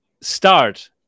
start